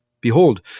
Behold